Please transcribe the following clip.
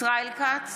ישראל כץ,